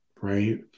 right